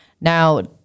Now